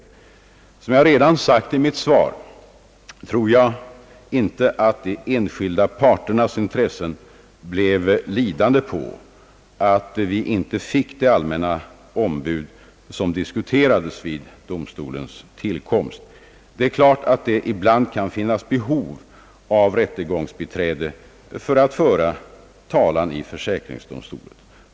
Såsom jag redan framhållit i mitt svar, tror jag inte att de enskilda parternas intresse blev lidande på att vi inte fick det allmänna ombud, som diskuterades vid försäkringsdomstolens tillkomst. Det är klart att det ibland kan finnas behov av rättegångsbiträde för att föra talan i försäkringsdomstolen.